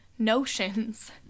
notions